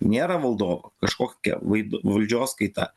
nėra valdovo kažkokia vaid valdžios kaita